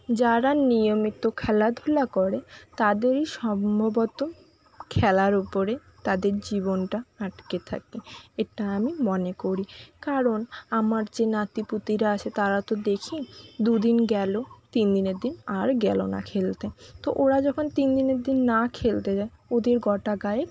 যারা নিয়মিত খেলাধুলা করে তাদেরই সম্ভবত খেলার উপরে তাদের জীবনটা আটকে থাকে এটা আমি মনে করি কারণ আমার যে নাতিপুতিরা আছে তারা তো দেখি দুদিন গেলো তিনদিনের দিন আর গেলো না খেলতে তো ওরা যখন তিনদিনের দিন না খেলতে যায় ওদের গোটা গায়ে